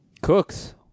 Cooks